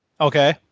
Okay